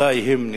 אזי הם ניצחו.